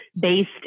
based